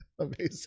amazing